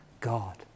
God